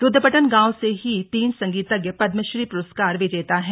रूद्रपट्टन गांव से ही तीन संगीतज्ञ पद्मश्री पुरस्कार विजेता हैं